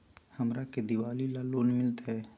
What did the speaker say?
हमरा के दिवाली ला लोन मिलते?